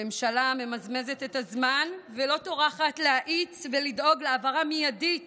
הממשלה ממזמזת את הזמן ולא טורחת להאיץ ולדאוג להעברה מיידית